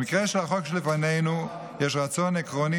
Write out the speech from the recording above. במקרה של החוק שלפנינו יש רצון עקרוני